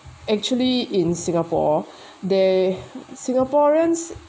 actually in singapore they singaporeans